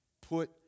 put